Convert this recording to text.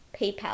PayPal